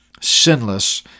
sinless